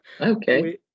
okay